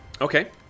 Okay